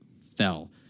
fell